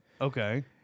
Okay